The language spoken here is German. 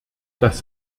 das